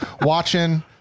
watching